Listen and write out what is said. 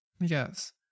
yes